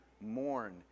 mourn